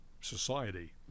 society